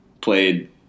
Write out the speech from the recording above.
played